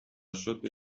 شد، به